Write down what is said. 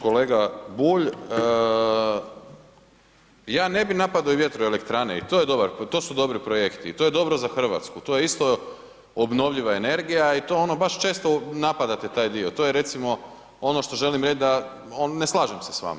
Kolega Bulj, ja ne bi napado i vjetroelektrane i to je dobar, to su dobri projekti, to je dobro za Hrvatsku, to je isto obnovljiva energija i to ono baš često napadate taj dio, to je recimo ono što želim reći da ne slažem se s vama.